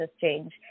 change